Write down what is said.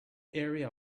area